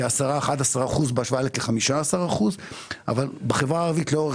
כ-11-10 אחוזים בהשוואה לכ-15 אחוזים אבל בחברה הערבית לאורך